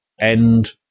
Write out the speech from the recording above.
End